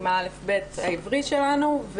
עם הא'-ב' העברי שלנו,